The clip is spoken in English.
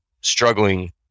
struggling